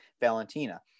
Valentina